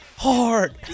Hard